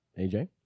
AJ